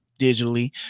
digitally